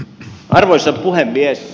arvoisa puhemies